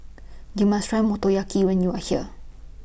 YOU must Try Motoyaki when YOU Are here